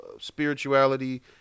spirituality